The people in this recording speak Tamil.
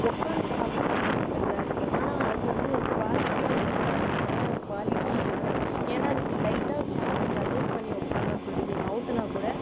உக்காந்து சாப்பிடுறதுக்கு கம்ஃபர்ட்டபளாக இருக்குது ஆனால் அது வந்து ஒரு குவாலிட்டியாக இருக்கா அப்படினு பார்த்தா குவாலிட்டியே இல்லை ஏன்னால் அது இப்படி லைட்டாக சேர் கொஞ்சம் அஜ்ஜஸ் பண்ணி உக்காரலாம் சொல்லிட்டு இப்படி நகத்துனா கூட